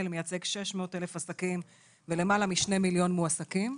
ומייצג 600,000 מעסיקים ולמעלה מ-2 מיליון מועסקים.